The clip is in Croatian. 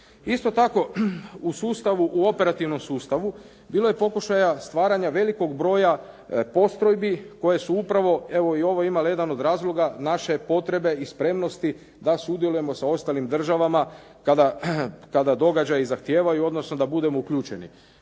sustavu u operativnom sustavu, bilo je pokušaja stvaranja velikog broja postrojbi koje su upravo evo i ovo imale jedan od razloga naše potrebe i spremnosti da sudjelujemo sa ostalim državama kada događaji zahtijevaju, odnosno da budemo uključeni